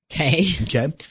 Okay